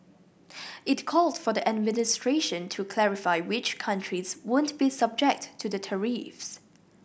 it called for the administration to clarify which countries won't be subject to the tariffs